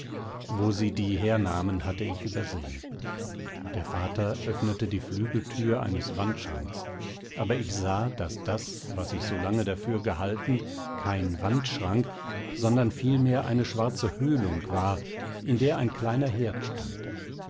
wo sie die hernahmen hatte ich übersehen der vater öffnete die flügeltür eines wandschranks aber ich sah daß das was ich solange dafür gehalten kein wandschrank sondern vielmehr eine schwarze höhlung war in der ein kleiner herd stand